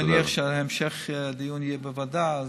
אני מניח שהמשך הדיון יהיה בוועדה,